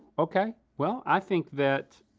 okay. well, i think that